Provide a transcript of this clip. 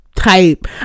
type